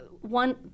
one